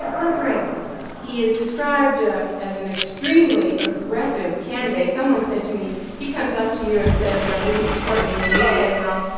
um he is described as an extremely aggressive candidate. someone said to me, he comes up to you and says, so will you support me? and you say, well,